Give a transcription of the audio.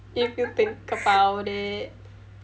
if you think about it